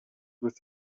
with